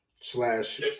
slash